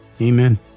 Amen